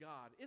God